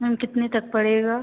ma'am कितने तक पड़ेगा